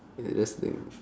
interesting